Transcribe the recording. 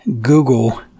Google